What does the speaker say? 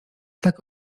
tak